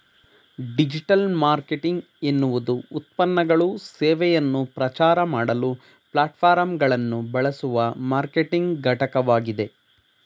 digital marketing ಎನ್ನುವುದುಉತ್ಪನ್ನಗಳು ಸೇವೆಯನ್ನು ಪ್ರಚಾರಮಾಡಲು ಪ್ಲಾಟ್ಫಾರ್ಮ್ಗಳನ್ನುಬಳಸುವಮಾರ್ಕೆಟಿಂಗ್ಘಟಕವಾಗಿದೆ